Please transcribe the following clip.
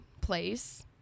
place